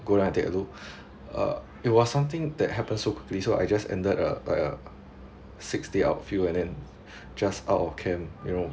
go down take a look uh it was something that happen so quickly so I just ended a like a six day out of field and then just out of camp you know